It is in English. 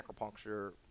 acupuncture